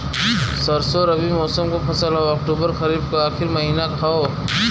सरसो रबी मौसम क फसल हव अक्टूबर खरीफ क आखिर महीना हव